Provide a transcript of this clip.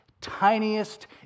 tiniest